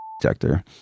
detector